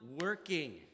working